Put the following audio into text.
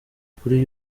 ukuri